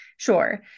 Sure